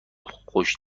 خوش